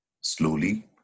slowly